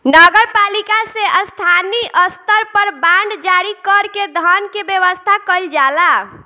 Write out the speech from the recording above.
नगर पालिका से स्थानीय स्तर पर बांड जारी कर के धन के व्यवस्था कईल जाला